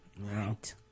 Right